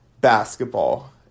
basketball